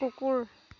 কুকুৰ